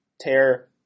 tear